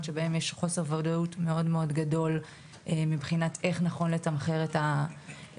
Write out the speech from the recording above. שבהם יש חוסר ודאות מאוד גדול מבחינת איך נכון לתמחר את התרופה.